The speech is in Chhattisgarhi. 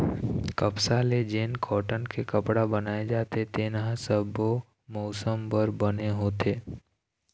कपसा ले जेन कॉटन के कपड़ा बनाए जाथे तेन ह सब्बो मउसम बर बने होथे